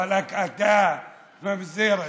ואלכ, אתה, ממזר אתה,